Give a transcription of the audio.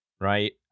right